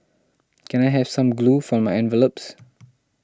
can I have some glue for my envelopes